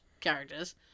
characters